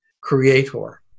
Creator